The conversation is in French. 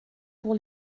pour